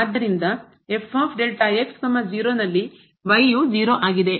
ಆದ್ದರಿಂದ ನಲ್ಲಿ ಯು 0 ಆಗಿದೆ